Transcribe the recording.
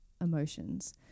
emotions